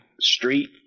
Street